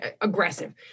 aggressive